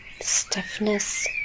stiffness